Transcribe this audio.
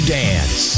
dance